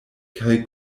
kaj